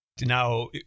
Now